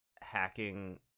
hacking